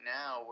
now